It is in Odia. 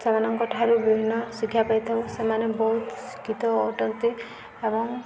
ସେମାନଙ୍କ ଠାରୁ ବିଭିନ୍ନ ଶିକ୍ଷା ପାଇଥାଉ ସେମାନେ ବହୁତ ଶିକ୍ଷିତ ଅଟନ୍ତି ଏବଂ